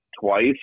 twice